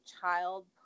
child